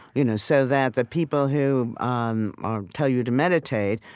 you know so that the people who um um tell you to meditate,